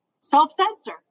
self-censor